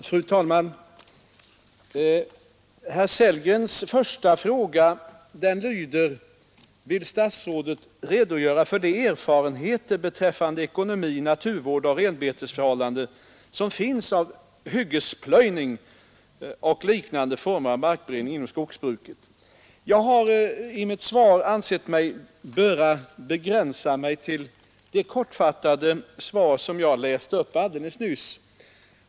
Fru talman! Herr Sellgrens första fråga lyder: Vill statsrådet redogöra för de erfarenheter beträffande ekonomi, naturvård och renbetesförhållanden som finns av hyggesplöjning och liknande former av markberedning inom skogsbruket? Jag har ansett mig böra begränsa mig till det kortfattade svar jag läste upp alldeles nyss.